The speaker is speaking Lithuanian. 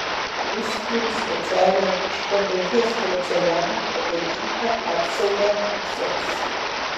jis turi specialią iš to paties porceliano pagamintą apsaugą ūsams